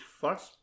first